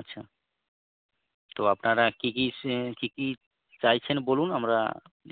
আচ্ছা তো আপনারা কি কি কি কি চাইছেন বলুন আমরা